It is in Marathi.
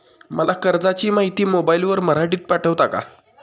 मला कर्जाची माहिती मोबाईलवर मराठीत पाठवता का?